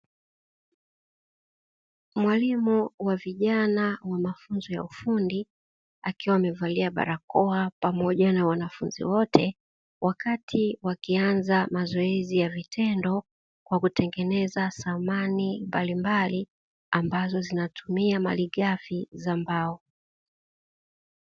Mwalimu wa vijana wa mafunzo ya ufundi, akiwa amevalia barakoa pamoja na wanafunzi wote, wakati wakianza mazoezi ya vitendo kwa kutengeneza samani mbalimbali, ambazo zinatumia malighafi za mbao.